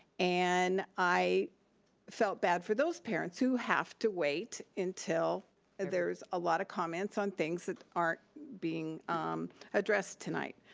and i felt bad for those parents who have to wait until there is a lot of comments on things that aren't being addressed tonight,